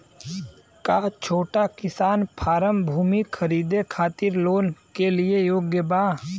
का छोटा किसान फारम भूमि खरीदे खातिर लोन के लिए योग्य बा?